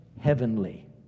heavenly